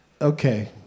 Okay